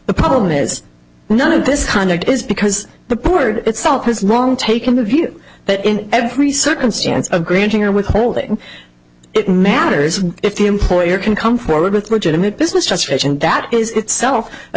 the problem is none of this conduct is because the board itself is wrong take a view that in every circumstance of granting or withholding it matters if the employer can come forward with legitimate business such and that is itself a